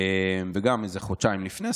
וגם כחודשיים לפני,